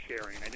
Sharing